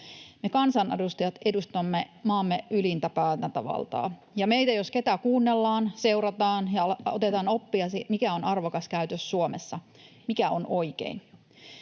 Me kansanedustajat edustamme maamme ylintä päätäntävaltaa, ja meitä, jos ketä, kuunnellaan, seurataan, ja meistä otetaan oppia, mitä on arvokas käytös Suomessa, mikä on oikein.